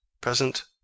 present